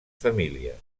famílies